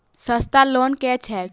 सस्ता लोन केँ छैक